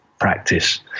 practice